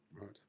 Right